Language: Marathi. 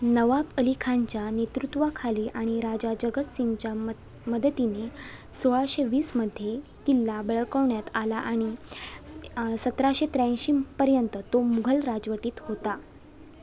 नवाब अली खानच्या नेतृत्वाखाली आणि राजा जगतसिंगच्या मद मदतीने सोळाशे वीसमध्ये किल्ला बळकवण्यात आला आणि सतराशे त्र्याऐंशीपर्यंत तो मुघल राजवटीत होता